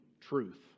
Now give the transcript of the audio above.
truth